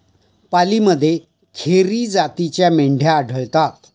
पालीमध्ये खेरी जातीच्या मेंढ्या आढळतात